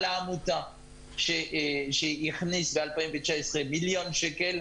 על העמותה שהכניסה ב-2019 מיליון שקל,